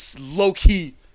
low-key